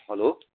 hello